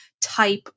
type